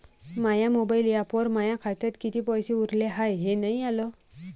माया mobile ॲपवर माया खात्यात किती पैसे उरले हाय हे नाही आलं